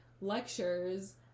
lectures